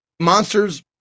Monsters